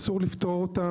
אזור לפטור אותן.